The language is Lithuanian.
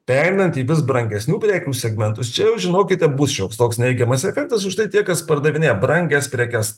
pereinant į vis brangesnių prekių segmentus čia jau žinokite bus šioks toks neigiamas efektas užtai tie kas pardavinėja brangias prekes